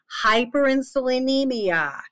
hyperinsulinemia